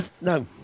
No